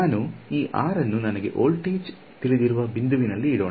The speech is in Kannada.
ನಾನು ಈ r ಅನ್ನು ನನಗೆ ವೋಲ್ಟೇಜ್ ತಿಳಿದಿರುವ ಬಿಂದುವಿನಲ್ಲಿ ಇಡೋಣ